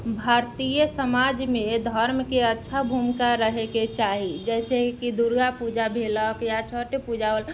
भारतीय समाजमे धर्मके अच्छा भूमिका रहैके चाही जइसे कि दुर्गापूजा भेलक या छठे पूजा होल